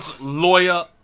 Lawyer